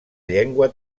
llengua